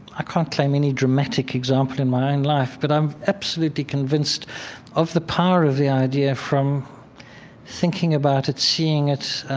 i can't claim any dramatic example in my own and life. but i'm absolutely convinced of the power of the idea from thinking about it, seeing it